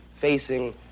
facing